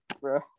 bro